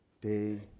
day